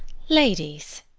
ladies,